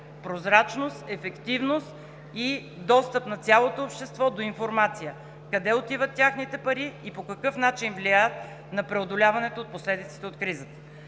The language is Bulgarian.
прозрачност, ефективност и достъп на цялото общество до информация – къде отиват техните пари и по какъв начин влияят на преодоляването от последиците от кризата.